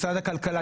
משרד הכלכלה,